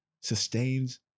sustains